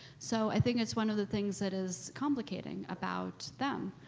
so i think it's one of the things that is complicating about them.